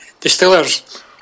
Distillers